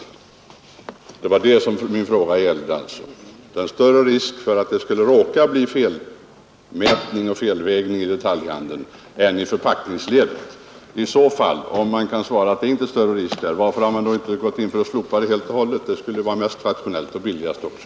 Min fråga gällde alltså om det är större risk för att det skulle råka bli felmätning och felvägning i detaljhandeln än i förpackningsledet. Men om man kan svara att det inte är större risk här, varför har man inte då gått in för att slopa kontrollen helt och hållet? Det skulle ju vara mest rationellt, och billigast också.